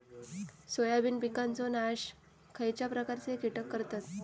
Soybean पिकांचो नाश खयच्या प्रकारचे कीटक करतत?